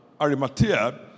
Arimathea